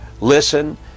listen